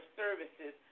services